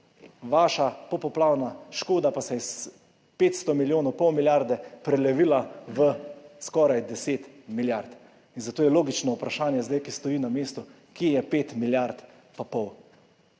Vaša popoplavna škoda pa se je s 500 milijonov, pol milijarde prelevila v skoraj 10 milijard in zato je logično vprašanje zdaj na tem mestu, kje je 5 milijard pa pol.